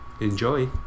enjoy